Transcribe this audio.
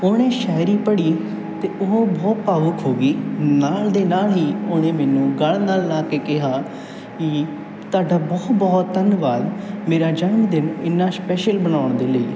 ਉਹਨੇ ਸ਼ਾਇਰੀ ਪੜ੍ਹੀ ਅਤੇ ਉਹ ਬਹੁਤ ਭਾਵੁਕ ਹੋ ਗਈ ਨਾਲ ਦੇ ਨਾਲ ਹੀ ਉਹਨੇ ਮੈਨੂੰ ਗਲ਼ ਨਾਲ ਲਾ ਕੇ ਕਿਹਾ ਕਿ ਤੁਹਾਡਾ ਬਹੁਤ ਬਹੁਤ ਧੰਨਵਾਦ ਮੇਰਾ ਜਨਮ ਦਿਨ ਇੰਨਾ ਸ਼ਪੈਸ਼ਲ ਬਣਾਉਣ ਦੇ ਲਈ